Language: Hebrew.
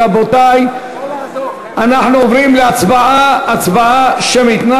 רבותי, אנחנו עוברים להצבעה, הצבעה שמית.